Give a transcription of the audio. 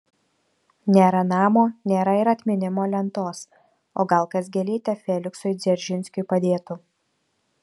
nėra namo nėra ir atminimo lentos o gal kas gėlytę feliksui dzeržinskiui padėtų